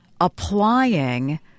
applying